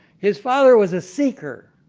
his father was a seeker,